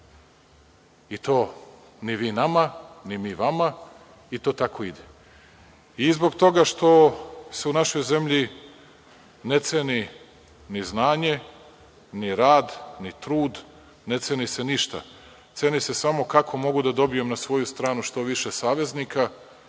i to ni vi nama, ni mi vama i to tako ide. I zbog toga što se u našoj zemlji ne ceni ni znanje, ni rad, ni trud, ne ceni se ništa. Ceni se samo kako mogu da dobijem na svoju stranu što više saveznika